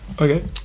Okay